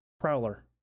Prowler